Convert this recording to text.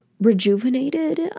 rejuvenated